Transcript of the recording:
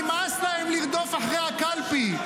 נמאס להם לרדוף אחר הקלפי.